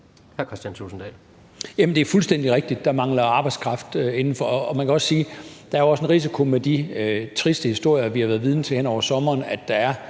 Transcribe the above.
det er fuldstændig rigtigt, at der mangler arbejdskraft. Man kan også sige, at der med de triste historier, vi har været vidner til hen over sommeren, er en